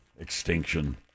extinction